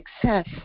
success